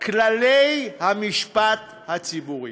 כללי המשפט הציבורי.